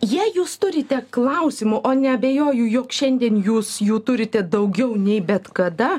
jei jūs turite klausimų o neabejoju jog šiandien jūs jų turite daugiau nei bet kada